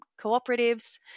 cooperatives